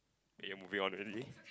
eh you're moving on already